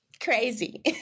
crazy